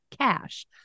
cash